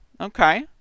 Okay